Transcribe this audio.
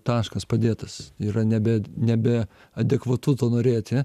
taškas padėtas yra nebe nebe adekvatu to norėti